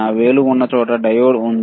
నా వేలు ఉన్న చోట డయోడ్ ఉంది